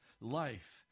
Life